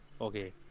okay